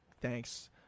thanks